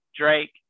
drake